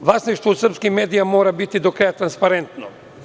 Vlasništvo u srpskim medijima mora biti do kraja transparentno.